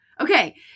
okay